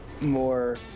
more